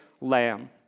lamb